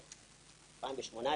לאן הגענו?